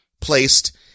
placed